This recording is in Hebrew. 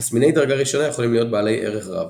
תסמיני דרגה ראשונה יכולים להיות בעלי ערך רב.